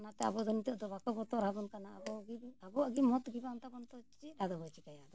ᱚᱱᱟᱛᱮ ᱟᱵᱚᱫᱚ ᱱᱤᱛᱳᱜ ᱫᱚ ᱵᱟᱠᱚ ᱵᱚᱛᱚᱨᱟᱵᱚᱱ ᱠᱟᱱᱟ ᱟᱵᱚᱜᱮ ᱟᱵᱚᱣᱟᱜ ᱜᱮ ᱢᱚᱛᱜᱮ ᱵᱟᱝ ᱛᱟᱵᱚᱱ ᱫᱚ ᱪᱮᱫ ᱟᱫᱚ ᱵᱚᱱ ᱪᱤᱠᱟᱹᱭᱟ ᱫᱚ